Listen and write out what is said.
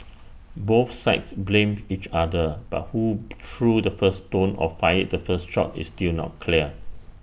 both sides blamed each other but who threw the first stone or fired the first shot is still not clear